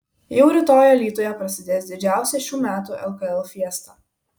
jau rytoj alytuje prasidės didžiausia šių metų lkl fiesta